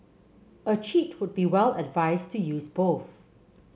a cheat would be well advised to use both